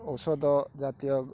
ଔଷଧ ଜାତୀୟ